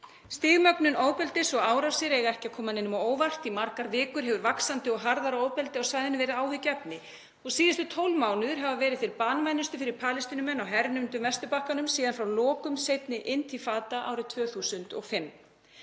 Stigmögnun ofbeldis og árásir eiga ekki að koma neinum á óvart. Í margar vikur hefur vaxandi og harðara ofbeldi á svæðinu verið áhyggjuefni. Síðustu 12 mánuðir hafa verið þeir banvænustu fyrir Palestínumenn á hernumdum Vesturbakkanum síðan frá lokum seinni „intifada“ árið 2005